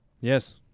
Yes